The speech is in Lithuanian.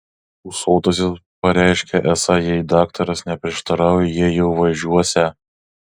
ūsuotasis pareiškė esą jei daktaras neprieštarauja jie jau važiuosią